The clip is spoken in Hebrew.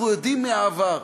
אנחנו יודעים מהעבר,